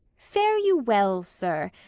fare you well, sir,